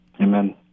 Amen